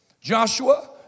Joshua